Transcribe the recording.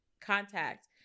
contact